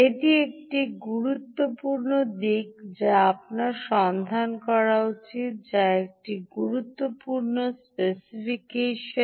এটি একটি গুরুত্বপূর্ণ দিক যা আপনার সন্ধান করা উচিত যা একটি গুরুত্বপূর্ণ স্পেসিফিকেশন